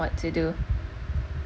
what to do